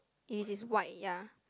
it is white ya